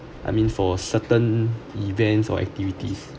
I mean for certain events or activities